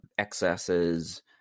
excesses